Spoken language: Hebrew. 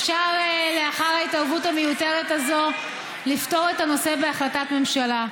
אפשר לאחר ההתערבות המיותרת הזאת לפתור את הנושא בהחלטת ממשלה,